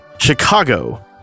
Chicago